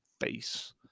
face